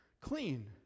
clean